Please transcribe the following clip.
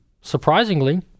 surprisingly